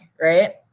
right